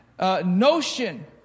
notion